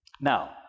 Now